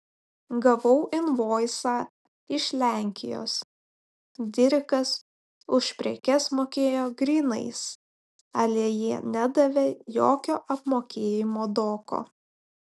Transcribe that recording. gavau invoisą iš lenkijos dirikas už prekes mokėjo grynais ale jie nedavė jokio apmokėjimo doko